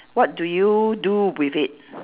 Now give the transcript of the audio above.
what do you do with it